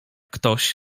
ktoś